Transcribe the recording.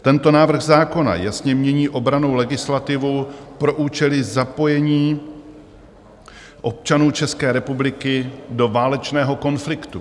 Tento návrh zákona jasně mění obrannou legislativu pro účely zapojení občanů České republiky do válečného konfliktu.